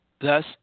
Thus